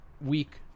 week